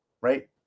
right